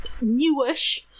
newish